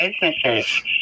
businesses